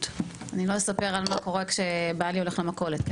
אני לא אספר על מה קורה כשבעלי הולך למכולת.